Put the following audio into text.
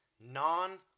non